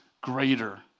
greater